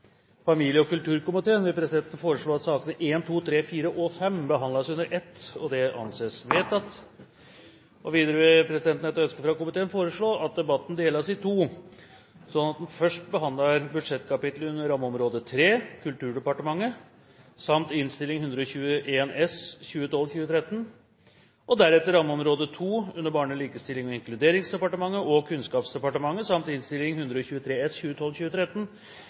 familie- og kulturkomiteen vil presidenten foreslå at sakene nr. 1, 2, 3, 4 og 5 behandles under ett. – Det anses vedtatt. Videre etter ønske fra familie- og kulturkomiteen vil presidenten foreslå at debatten deles i to, slik at man først behandler budsjettkapitlene under rammeområde 3 under Kulturdepartementet samt Innst. 121 S for 2012–2013 og deretter rammeområde 2 under Barne-, likestillings- og inkluderingsdepartementet og Kunnskapsdepartementet samt Innst. 123 S